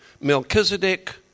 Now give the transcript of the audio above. Melchizedek